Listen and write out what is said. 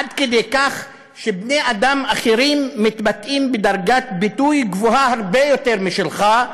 עד כדי כך שבני אדם אחרים מתבטאים בדרגת ביטוי גבוהה הרבה יותר משלך,